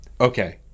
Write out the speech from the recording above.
okay